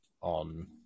on